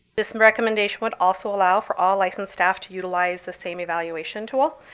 this and recommendation would also allow for all licensed staff to utilize the same evaluation tool,